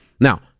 Now